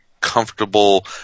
comfortable